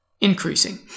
increasing